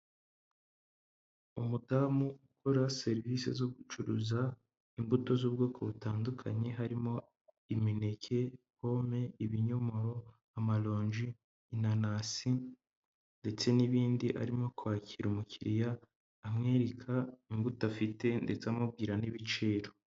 Umudamu ukora serivisi zo gucuruza imbuto z'ubwoko butandukanye harimo: imineke, pome, ibinyomoro, amarongi, inanasi ndetse n'ibindi. Arimo kwakira umukiriya amwereka imbuto afite ndetse amubwira n'ibiciro.